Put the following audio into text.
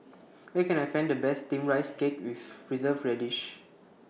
Where Can I Find The Best Steamed Rice Cake with Preserved Radish